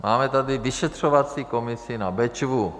Máme tady vyšetřovací komisi na Bečvu.